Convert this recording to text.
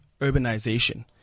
urbanization